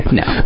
no